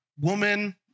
woman